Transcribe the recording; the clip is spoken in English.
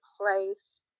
place